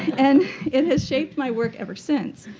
and it has shaped my work ever since.